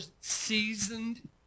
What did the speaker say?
seasoned